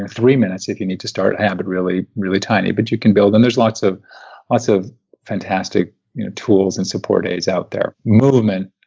and three minutes if you have to start a habit really really tiny, but you can build. and there's lots of lots of fantastic tools and support aids out there. movement,